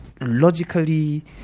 logically